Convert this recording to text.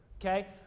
okay